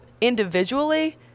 individually –